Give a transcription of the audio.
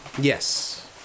Yes